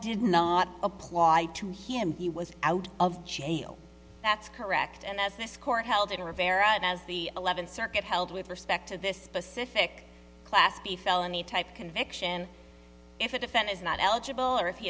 did not apply to him he was out of jail that's correct and as this court held in rivera and as the eleventh circuit held with respect to this specific class b felony type conviction if it offend is not eligible or if he